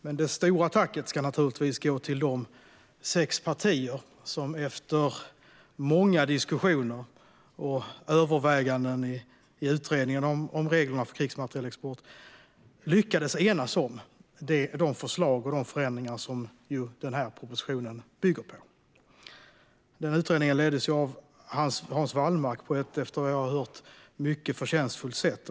Men det stora tacket ska naturligtvis gå till de sex partier som efter många diskussioner och överväganden i utredningen om reglerna för krigsmaterielexport lyckades enas om de förslag och de förändringar som propositionen bygger på. Utredningen leddes av Hans Wallmark på ett, efter vad jag har hört, mycket förtjänstfullt sätt.